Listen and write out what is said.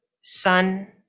sun